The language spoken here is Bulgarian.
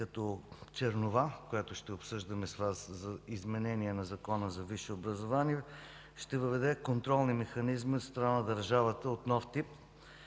като чернова, която ще обсъждаме с Вас за изменение Закона за висшето образование, ще въведе контролни механизми от страна на държавата от нов тип,